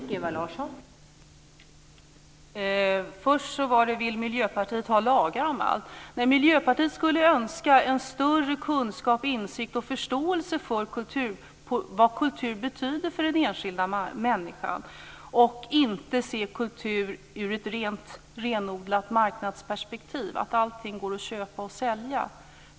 Fru talman! Den första frågan var: Vill Miljöpartiet ha nya lagar? Nej, Miljöpartiet skulle önska en större kunskap om, insikt i och förståelse för vad kultur betyder för den enskilda människan. Man bör inte se kultur i ett renodlat marknadsperspektiv, som om allting går att köpa och sälja.